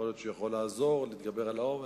יכול להיות שהוא יכול לעזור להתגבר על העומס.